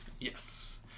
yes